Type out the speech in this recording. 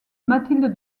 mathilde